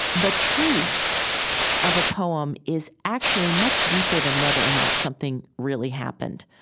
the truth of a poem is actually much deeper than whether or not something really happened.